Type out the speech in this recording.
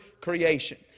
creation